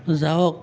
যাওক